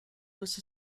was